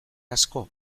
asko